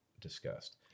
discussed